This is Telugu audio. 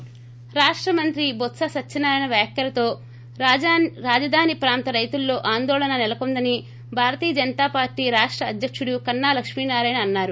బ్రేక్ రాష్ట మంత్రి బొత్స సత్యనారాయణ వ్యాఖ్యలతో రాజధాని ప్రాంత రైతుల్లో ఆందోళన నెలకొందని భారతీయ జనతా పార్లీ రాష్ట అధ్యకుడు కన్నా లక్ష్మీనారాయణ అన్నారు